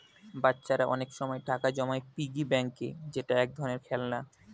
বাচ্চারা অনেক সময় টাকা জমায় পিগি ব্যাংকে যেটা এক ধরনের খেলনা